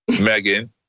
Megan